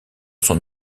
son